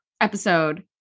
episode